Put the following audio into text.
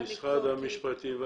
משרד המשפטים.